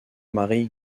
marie